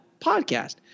podcast